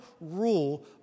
rule